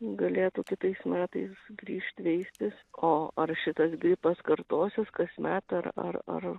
galėtų kitais metais grįžt veistis o ar šitas gripas kartosis kasmet ar ar ar